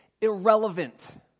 irrelevant